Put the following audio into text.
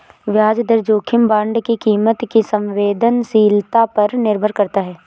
ब्याज दर जोखिम बांड की कीमत की संवेदनशीलता पर निर्भर करता है